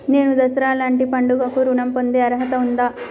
నేను దసరా లాంటి పండుగ కు ఋణం పొందే అర్హత ఉందా?